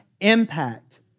impact